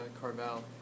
Carvel